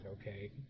okay